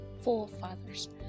forefathers